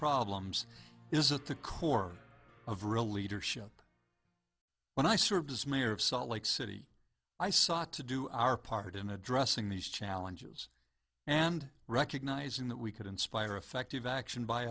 problems is at the core of real leadership when i served as mayor of salt lake city i sought to do our part in addressing these challenges and recognizing that we could inspire effective action by